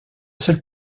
seule